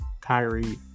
Kyrie